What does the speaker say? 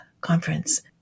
conference